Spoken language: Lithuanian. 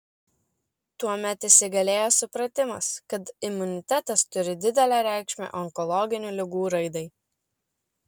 tuomet įsigalėjo supratimas kad imunitetas turi didelę reikšmę onkologinių ligų raidai